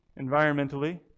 environmentally